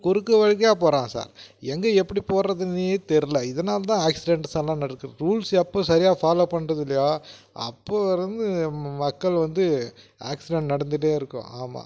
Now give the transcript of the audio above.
குறுக்க மறுக்க போகிறான் சார் எங்கே எப்படி போகிறதுன்னே தெரில இதனால் தான் ஆக்சிடெண்ட்ஸ் எல்லாம் நடக்குது ரூல்ஸ் எப்போ சரியாக ஃபாலோ பண்ணுறது இல்லையோ அப்போது இருந்து மக்கள் வந்து ஆக்சிடெண்ட் நடந்துகிட்டே இருக்கும் ஆமாம்